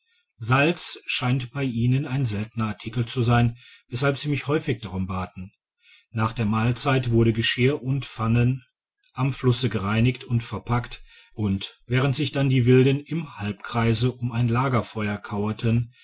salz scheint bei ihnen ein seltener artikel zu sein weshalb sie mich häufig darum baten nach der mahlzeit wurde geschirr und pfannen am flusse gereinigt und verpackt und während sich dann die wilden im halbkreise um ein lagerfeuer kauerten